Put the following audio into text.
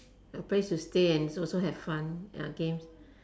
a place to stay and also have fun ya games